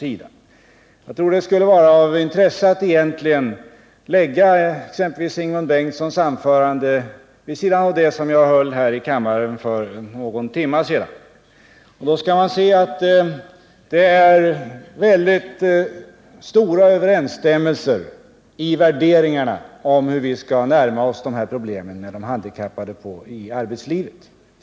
Jag tror att det skulle vara av intresse att lägga Ingemund Bengtssons anförande vid sidan av det som jag höll här i kammaren för någon timme sedan. Man skulle då se att det föreligger stora överensstämmelser i värderingarna av hur vi skall närma oss de problem som gäller de handikappade i arbetslivet.